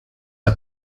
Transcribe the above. are